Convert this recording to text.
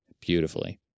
beautifully